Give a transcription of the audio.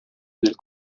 nel